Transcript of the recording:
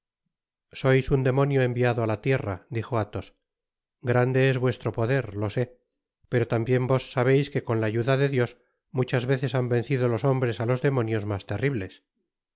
sois un demonio enviado á la tierra dijo alhos grande es vuestro poder lo sé pero tambien vos sabeis que con la ayuda de dios muchas veces han vencido los hombres á los demonios mas terribles